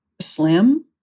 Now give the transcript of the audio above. slim